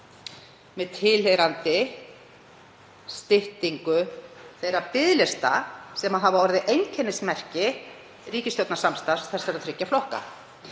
með tilheyrandi styttingu þeirra biðlista sem hafa orðið einkennismerki ríkisstjórnarsamstarfs þessara þriggja flokka.